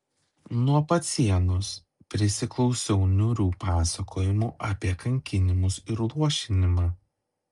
nuo pat sienos prisiklausiau niūrių pasakojimų apie kankinimus ir luošinimą